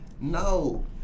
No